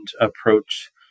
approach